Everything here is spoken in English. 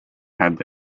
had